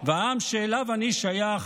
/ והעם שאליו אני שייך,